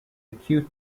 acute